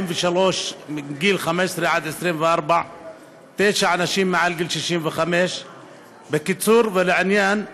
43 בני 15 24 ותשע נשים מעל גיל 65. בקיצור ולעניין,